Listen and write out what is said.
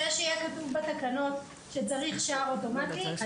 זה שיהיה כתוב בתקנות שצריך שער אוטומטי,